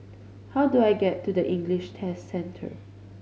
how do I get to English Test Centre